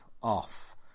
off